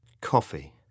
Coffee